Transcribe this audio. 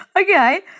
Okay